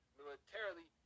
militarily